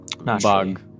bug